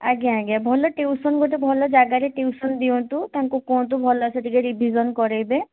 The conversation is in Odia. ଆଜ୍ଞା ଆଜ୍ଞା ଭଲ ଟିଉସନ୍ ଗୋଟେ ଭଲ ଜାଗାରେ ଟିଉସନ୍ ଦିଅନ୍ତୁ ତାଙ୍କୁ କୁହନ୍ତୁ ଭଲସେ ଟିକିଏ ରିଭିଜନ୍ କରେଇବେ